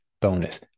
bonus